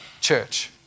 church